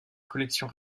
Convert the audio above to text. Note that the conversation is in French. collection